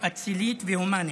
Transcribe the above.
אצילית והומנית.